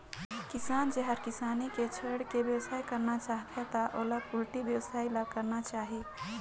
किसान जेहर किसानी के छोयड़ बेवसाय करना चाहथे त ओला पोल्टी बेवसाय ल करना चाही